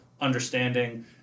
understanding